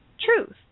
truth